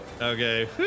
okay